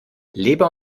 leber